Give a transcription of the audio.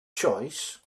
choice